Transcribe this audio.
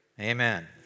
amen